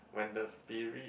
when the spirit